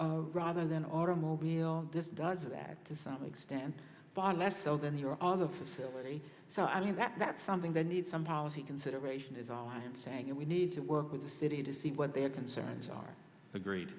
traveling rather than automobile this does that to some extent far less so than here on the facility so i mean that's something that needs some policy consideration is all i'm saying and we need to work with the city to see what their concerns are agreed